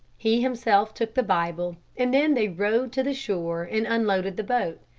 he himself took the bible and then they rowed to the shore, and unloaded the boat.